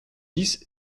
dix